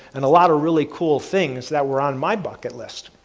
and a lot of really cool things that were on my bucket list.